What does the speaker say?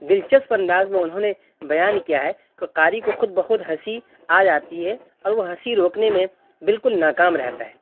دلچسپ انداز میں انہوں نے بیان کیا ہے کہ قاری کو خود بخود ہنسی آ جاتی ہے اور وہ ہنسی روکنے میں بالکل ناکام رہتا ہے